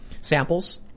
Samples